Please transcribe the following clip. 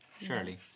surely